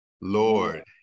Lord